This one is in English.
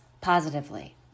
positively